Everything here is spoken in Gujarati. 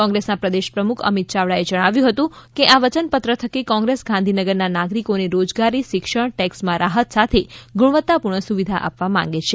કોંગ્રેસનાં પ્રદેશ પ્રમુખ અમિત યાવડાએ જણાવ્યું હતું કે આ વયન પત્ર થકી કોંગ્રેસ ગાંધીનગરના નાગરિકોને રોજગારી શિક્ષણ ટેક્ષમાં રાહત સાથે ગુણવત્તા પૂર્ણ સુવિધા આપવા માંગે છે